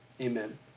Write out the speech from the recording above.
Amen